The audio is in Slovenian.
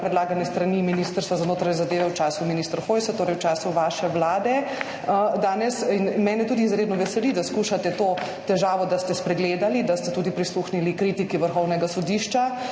predlagana s strani Ministrstva za notranje zadeve v času ministra Hojsa, torej v času vaše vlade. Mene tudi izredno veseli, da skušate to težavo [rešiti], da ste spregledali, da ste tudi prisluhnili kritiki Vrhovnega sodišča